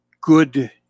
good